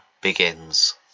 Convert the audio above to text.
begins